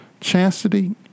Chastity